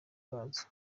bwazo